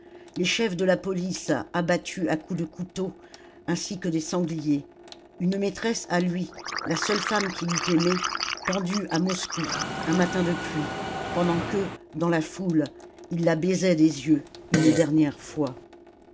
des chefs de la police abattus à coups de couteau ainsi que des sangliers une maîtresse à lui la seule femme qu'il eût aimée pendue à moscou un matin de pluie pendant que dans la foule il la baisait des yeux une dernière fois